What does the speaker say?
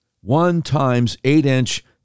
one-times-eight-inch